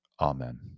Amen